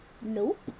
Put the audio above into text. Nope